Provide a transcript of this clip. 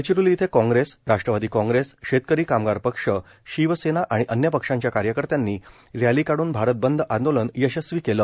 गडचिरोली इथं काँग्रेस राष्ट्रवादी काँग्रेस शेतकरी कामगार पक्ष शिवसेना आणि अन्य पक्षांच्या कार्यकर्त्यांनी रॅली काढून भारत बंद आंदोलन यशस्वी केलं